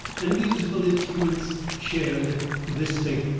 and musical instruments shared this fate.